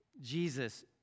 Jesus